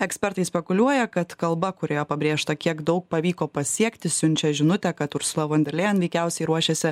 ekspertai spekuliuoja kad kalba kurioje pabrėžta kiek daug pavyko pasiekti siunčia žinutę kad ursula von der lėjen veikiausiai ruošiasi